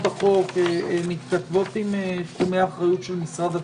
החוק מתכתבות עם תחומי האחריות של משרד התרבות.